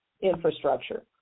infrastructure